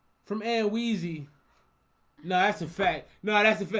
from air wheezy no, that's a fact. no,